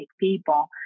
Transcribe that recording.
people